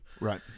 right